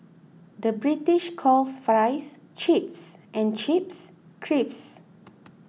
the British calls Fries Chips and Chips Crisps